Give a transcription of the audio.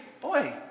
boy